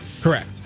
Correct